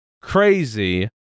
crazy